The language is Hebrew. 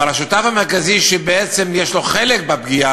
אבל השותף המרכזי שבעצם יש לו חלק בפגיעה